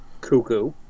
Cuckoo